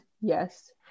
Yes